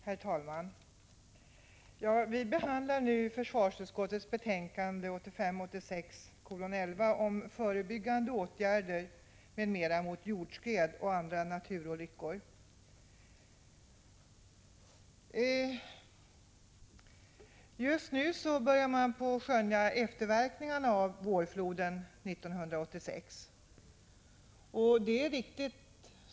Herr talman! Vi behandlar nu försvarsutskottets betänkande 1985/86:11 om förebyggande åtgärder m.m. mot jordskred och andra naturolyckor. Just nu börjar man skönja efterverkningarna av vårfloden 1986.